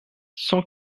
cent